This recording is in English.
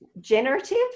generative